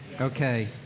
Okay